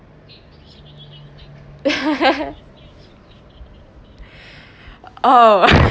oh